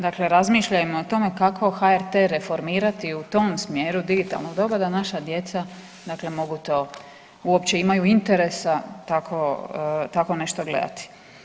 Dakle, razmišljajmo o tome kako HRT reformirati u tom smjeru digitalnog doba da naša djeca dakle mogu to uopće imaju interesa tako, tako nešto gledati.